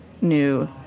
new